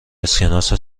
اسکناس